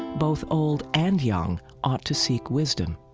both old and young ought to seek wisdom.